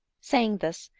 saying this,